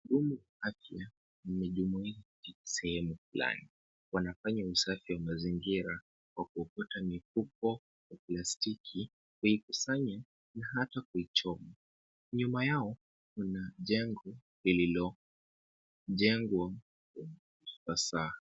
Wahudumu wa afya, wamejumuika sehemu fulani, wanafanya usafi wa mazingira kwa kuokota mifuko, ya plastiki, kuikusanya na hata kuichoma. Nyuma yao kuna jengo lililojengwa kwa ufasaha.